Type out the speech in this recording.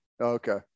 Okay